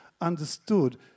understood